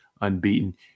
unbeaten